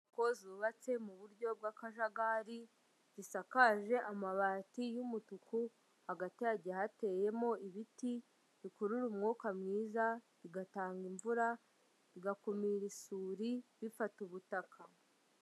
Inyubako zubatse mu buryo bw'akajagari zisakaje amabati y'umutuku hagati hagiye hateyemo ibiti bikurura umwuka mwiza, bigatanga imvura, bigakumira isuri bifata ubutaka.